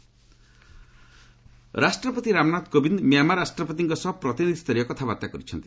ପ୍ରେଜ୍ ଭିଜିଟ୍ ରାଷ୍ଟ୍ରପତି ରାମନାଥ କୋବିନ୍ଦ ମଁ୍ୟାମାର୍ ରାଷ୍ଟ୍ରପତିଙ୍କ ସହ ପ୍ରତିନିଧି ସ୍ତରୀୟ କଥାବାର୍ତ୍ତା କରିଛନ୍ତି